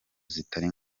zitari